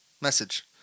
message